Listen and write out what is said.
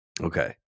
Okay